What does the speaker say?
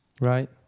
right